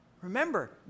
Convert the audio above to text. Remember